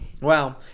Wow